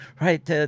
right